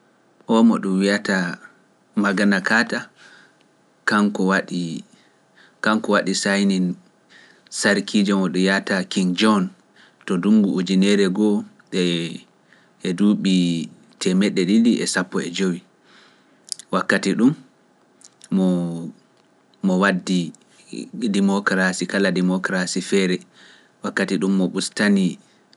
Omo ɗum wiiyata Magana Kata, kanko waɗi Sayni Sarkiji mo ɗum yawata kin joni to ɗum ngu ujunere goo e duuɓi teemeɗe ɗiɗi e sappo e jowi, wakkati ɗum mo mo waddi ndimokarasi kala ndimokarasi feere wakkati ɗum mo ustani.